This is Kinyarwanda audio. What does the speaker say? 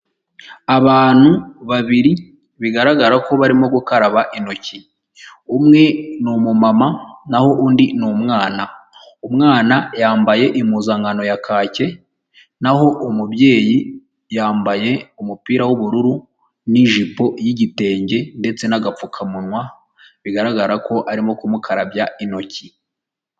Abantu babiri bigaragara ko barimo gukaraba intoki, umwe ni umumama naho undi ni umwana, umwana yambaye impuzankano ya kake, naho umubyeyi yambaye umupira w'ubururu ni'jipo yigitenge, ndetse n'agapfukamunwa bigaragara ko arimo kumukarabya intoki.